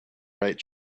right